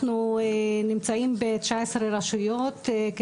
אנחנו נמצאים ב-19 רשויות,